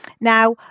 Now